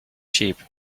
cheap